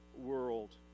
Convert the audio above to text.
world